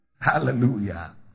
Hallelujah